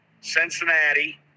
Cincinnati